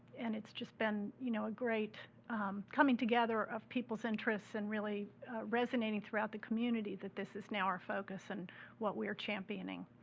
and it's just been, you know, great coming together of people's interests and really resonating throughout the community that this this now our focus and what we are championing.